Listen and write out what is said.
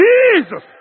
Jesus